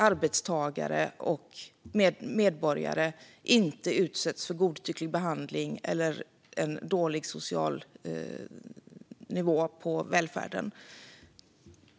Arbetstagare och medborgare ska inte utsättas för godtycklig behandling eller en dålig social nivå på välfärden.